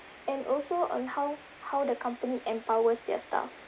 and also on how how the company empowers their staff